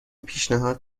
پیشنهاد